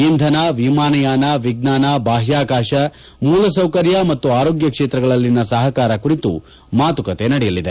ಇಂಧನ ವಿಮಾನಯಾನ ವಿಜ್ಞಾನ ಬಾಹ್ಯಾಕಾಶ ಮೂಲಸೌಕರ್ಯ ಮತ್ತು ಆರೋಗ್ಯ ಕ್ಷೇತ್ರಗಳಲ್ಲಿನ ಸಹಕಾರ ಕುರಿತು ಮಾತುಕತೆ ನಡೆಯಲಿದೆ